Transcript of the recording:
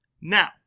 Now